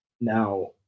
Now